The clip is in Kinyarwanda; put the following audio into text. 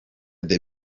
the